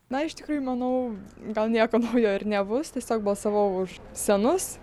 na iš tikrųjų manau gal nieko naujo ir nebus tiesiog balsavau už senus